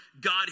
God